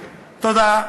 תודה,